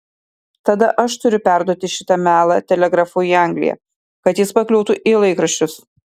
tada aš turiu perduoti šitą melą telegrafu į angliją kad jis pakliūtų į laikraščius